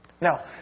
Now